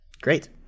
Great